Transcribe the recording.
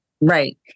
Right